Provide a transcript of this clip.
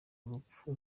urupfu